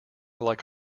like